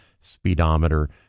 speedometer